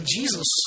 Jesus